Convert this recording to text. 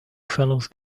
fellows